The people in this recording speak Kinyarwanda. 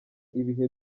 ibihe